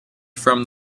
from